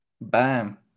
Bam